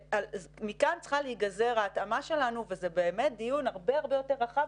מכאן צריכה להיגזר ההתאמה שלנו וזה באמת דיון הרבה יותר רחב,